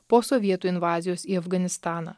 po sovietų invazijos į afganistaną